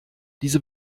diese